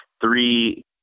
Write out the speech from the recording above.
three